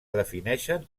defineixen